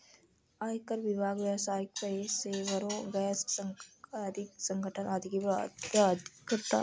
आयकर विभाग व्यावसायिक पेशेवरों, गैर सरकारी संगठन आदि को प्रभावित करता है